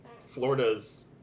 Florida's